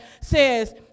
says